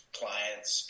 clients